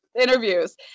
interviews